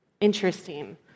interesting